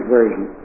Version